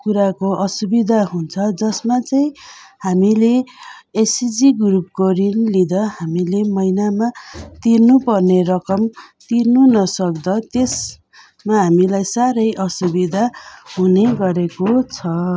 कुराको असुविधा हुन्छ जसमा चाहिँ हामीले एसएचजी ग्रुपको ऋण लिँदा हामीले महिनामा तिर्नु पर्ने रकम तिर्नु नसक्दा त्यसमा हामीलाई साह्रै असुविधा हुने गरेको छ